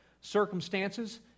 circumstances